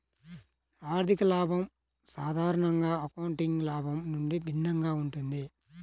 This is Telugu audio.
ఆర్థిక లాభం సాధారణంగా అకౌంటింగ్ లాభం నుండి భిన్నంగా ఉంటుంది